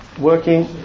working